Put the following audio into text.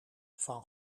van